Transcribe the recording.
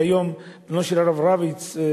היום בנו של הרב רביץ,